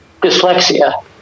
dyslexia